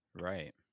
Right